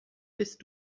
bist